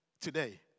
today